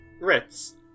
Ritz